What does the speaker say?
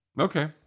Okay